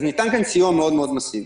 אז ניתן כאן סיוע מאוד-מאוד מסיבי.